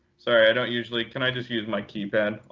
sorry, i don't usually can i just use my keypad?